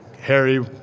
Harry